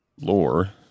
lore